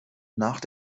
nach